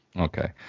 Okay